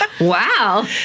Wow